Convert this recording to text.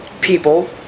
People